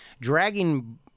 dragging